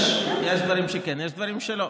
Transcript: יש דברים שכן, יש דברים שלא.